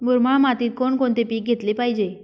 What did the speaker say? मुरमाड मातीत कोणकोणते पीक घेतले पाहिजे?